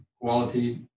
quality